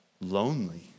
lonely